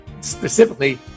specifically